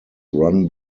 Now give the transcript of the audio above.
run